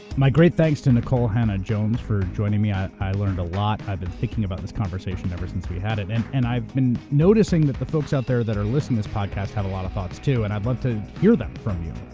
my great thanks to nikole hannah-jones for joining me. i i learned a lot, i've been thinking about this conversation ever since we had it and and i've been noticing that the folks out there that are listening to this podcast have a lot of thoughts too, and i'd love to hear them from you.